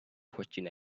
question